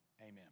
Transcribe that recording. Amen